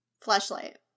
Flashlight